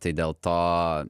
tai dėl to